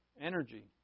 Energy